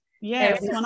Yes